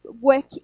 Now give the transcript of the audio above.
work